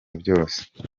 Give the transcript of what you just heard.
byose